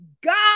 God